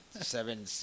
seven